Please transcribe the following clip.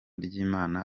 ry’imana